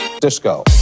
Disco